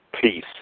Peace